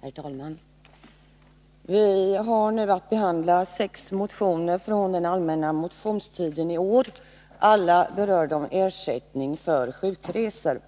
Herr talman! Vi har nu att behandla sex motioner från den allmänna motionstiden i år. Alla berör ersättningar för sjukresor.